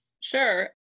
Sure